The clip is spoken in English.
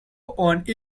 one